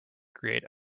create